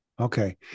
Okay